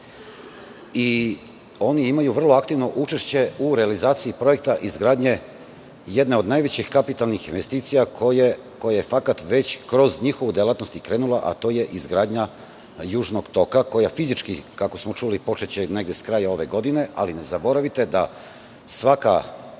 Oni imaju vrlo aktivno učešće u realizaciji projekta izgradnje jedne od najvećih kapitalnih investicija koja je već kroz njihovu delatnost i krenula, a to je izgradnja Južnog toka, koja fizički, kako smo čuli počeće negde s kraja ove godine. Ali, ne zaboravite da svako